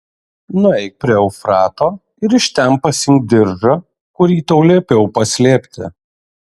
nueik prie eufrato ir iš ten pasiimk diržą kurį tau liepiau paslėpti